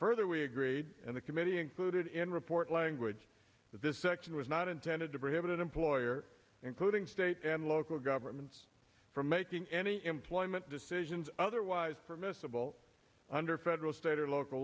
further we agreed and the committee included in report language that this section was not intended to prevent an employer including state and local governments from making any employment decisions otherwise permissible under federal state or local